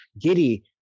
Giddy